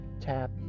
tap